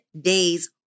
days